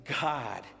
God